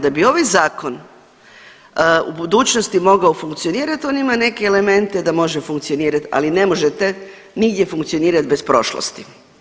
Da bi ovaj zakon u budućnosti mogao funkcionirati on ima neke elemente da može funkcionirati, ali ne možete nigdje funkcionirati bez prošlosti.